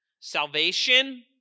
Salvation